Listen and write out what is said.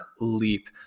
leap